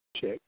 Check